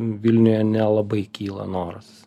vilniuje nelabai kyla noras